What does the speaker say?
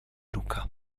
ruka